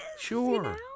Sure